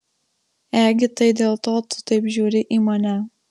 egi tai dėl to tu taip žiūri į mane